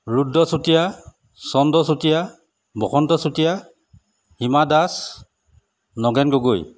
Rud Chutia Chandra Chutia Basanta Chutia Hima Das Nagen Gogoi